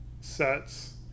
sets